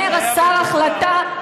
אומר השר: החלטה,